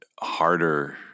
harder